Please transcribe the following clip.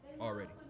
already